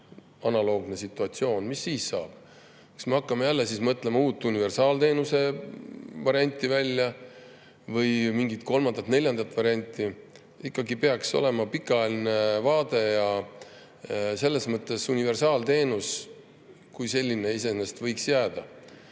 analoogne situatsioon, mis siis saab? Kas me hakkame jälle mõtlema uut universaalteenuse varianti välja või mingit kolmandat, neljandat varianti? Peaks ikkagi olema pikaajaline vaade ja selles mõttes võiks universaalteenus kui selline iseenesest jääda